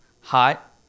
hot